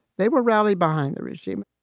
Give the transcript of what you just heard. they will rally behind the regime